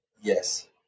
yes